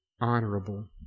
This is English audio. honorable